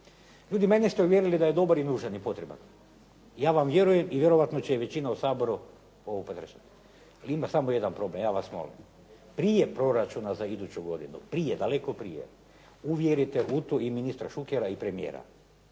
Ljudi mene ste uvjerili da je dobar i nužan i potreban. Ja vam vjerujem i vjerojatno će većina će u Saboru ovo podržati. Ima samo jedan problem, ja vas molim. Prije proračuna za iduću godinu, prije daleko prije, uvjerite u to i ministra Šukera i premijera,